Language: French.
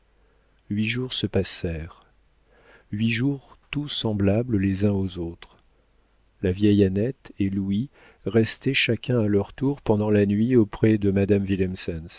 huit jours se passèrent huit jours tout semblables les uns aux autres la vieille annette et louis restaient chacun à leur tour pendant la nuit auprès de madame